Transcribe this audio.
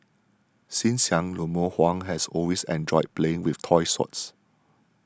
since young Lemuel Huang has always enjoyed playing with toy swords